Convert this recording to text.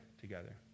together